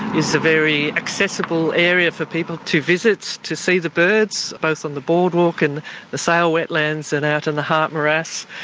is a very accessible area for people to visit to see the birds, both on the boardwalk and the sale wetlands and out in the heart morass,